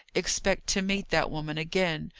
expect to meet that woman again,